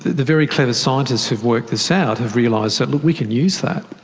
the very clever scientists who've worked this out have realised that, look, we can use that.